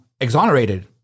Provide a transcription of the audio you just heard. exonerated